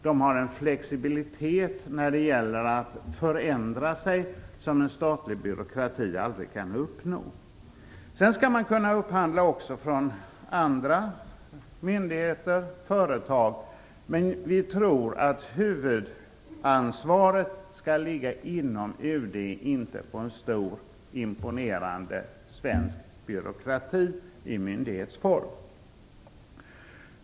De har en flexibilitet när det gäller att förändra sig, som en statlig byråkrati aldrig kan uppnå. Sedan skall man också kunna upphandla från andra myndigheter och företag. Vi tror dock att huvudansvaret skall ligga inom UD, inte på en stor imponerande svensk byråkrati i myndighetsform.